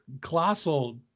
colossal